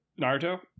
Naruto